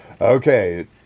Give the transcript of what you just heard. okay